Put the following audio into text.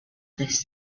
this